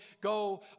go